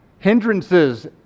hindrances